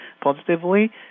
positively